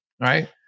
Right